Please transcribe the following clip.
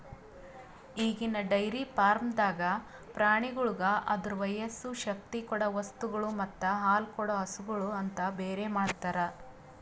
ಈಗಿನ ಡೈರಿ ಫಾರ್ಮ್ದಾಗ್ ಪ್ರಾಣಿಗೋಳಿಗ್ ಅದುರ ವಯಸ್ಸು, ಶಕ್ತಿ ಕೊಡೊ ವಸ್ತುಗೊಳ್ ಮತ್ತ ಹಾಲುಕೊಡೋ ಹಸುಗೂಳ್ ಅಂತ ಬೇರೆ ಮಾಡ್ತಾರ